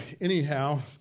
anyhow